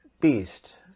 beast